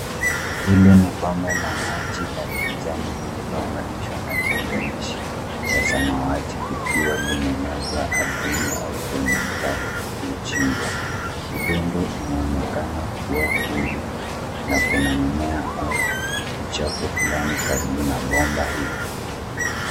Hili ni bomba la maji la kijani lililounganishwa na kiunganishi cha samawati likiwa limelazwa ardhini au kwenye mtaro uliochimbwa. Udongo unaonekana kuwa huru na kuna mimea au uchafu fulani karibu na bomba hilo.